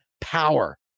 power